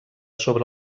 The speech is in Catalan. sobre